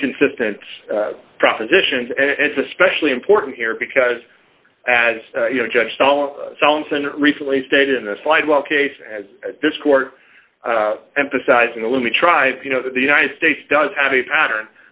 inconsistent propositions and it's especially important here because as you know judge recently stated in a slide well case as this court emphasizing the lummi tribe you know the united states does have a pattern